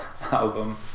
album